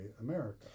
America